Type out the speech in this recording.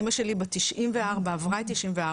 אימא שלי בת 94 עברה את 94,